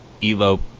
elope